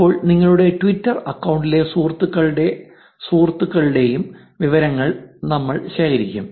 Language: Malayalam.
ഇപ്പോൾ നിങ്ങളുടെ ട്വിറ്റർ അക്കൌണ്ടിലെ സുഹൃത്തുക്കളുടെ സുഹൃത്തുക്കളുടെ വിവരങ്ങൾ നമ്മൾ ശേഖരിക്കും